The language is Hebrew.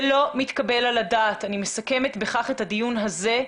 זה לא מתקבל על הדעת אני מסכמת בכך את הדיון הזה,